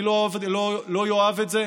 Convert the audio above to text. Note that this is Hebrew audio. אני לא אוהב את זה,